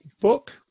Book